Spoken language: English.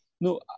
No